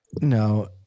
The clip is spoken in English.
No